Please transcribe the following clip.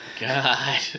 God